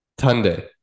Tunde